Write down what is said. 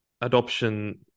adoption